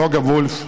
נוגה וולף,